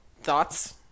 Thoughts